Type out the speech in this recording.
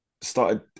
started